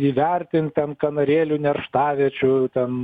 įvertint ten kanarėlių nerštaviečių ten